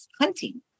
hunting